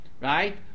right